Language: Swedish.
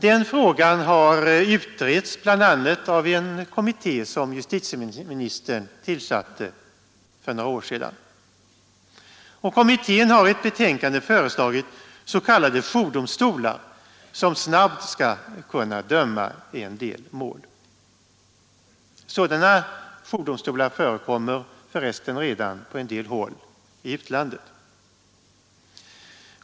Den frågan har utretts bl.a. av en kommitté som justitieministern tillsatte för några år sedan. Denna har i ett betänkande föreslagit s.k. jourdomstolar som snabbt skall kunna döma i en del mål. Sådana jourdomstolar förekommer för resten redan på en del håll i utlandet.